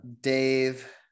Dave